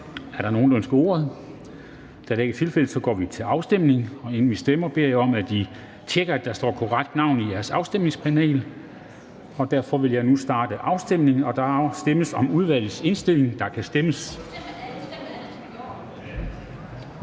Er der nogen, der ønsker ordet? Da det ikke er tilfældet, går vi til afstemning. Og inden vi stemmer, beder jeg om, at I tjekker, at der står korrekt navn i jeres afstemningspanel. Afstemningen starter. Kl. 16:31 Afstemning Formanden (Henrik Dam Kristensen): Der stemmes om udvalgets indstilling. Der kan stemmes.